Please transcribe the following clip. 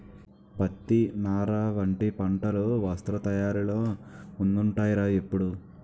పత్తి, నార వంటి పంటలు వస్త్ర తయారీలో ముందుంటాయ్ రా ఎప్పుడూ